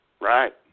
Right